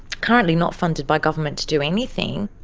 currently not funded by government to do anything.